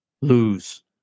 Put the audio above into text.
lose